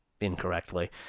incorrectly